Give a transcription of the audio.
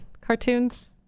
cartoons